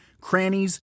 crannies